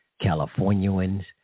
Californians